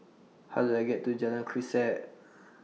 How Do I get to Jalan Grisek